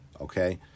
okay